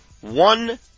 One